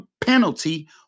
penalty